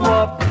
up